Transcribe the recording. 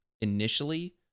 initially